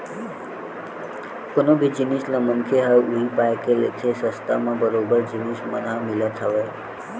कोनो भी जिनिस ल मनखे ह उही पाय के लेथे के सस्ता म बरोबर जिनिस मन ह मिलत हवय